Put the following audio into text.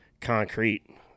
concrete